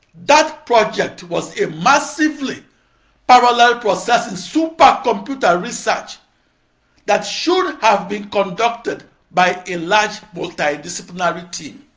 that project was a massively parallel processing supercomputer research that should have been conducted by a large multidisciplinary team.